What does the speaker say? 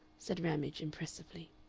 said ramage, impressively.